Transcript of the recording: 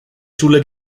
schule